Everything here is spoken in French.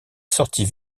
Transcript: sortit